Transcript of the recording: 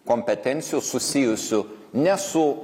kompetencijų susijusių ne su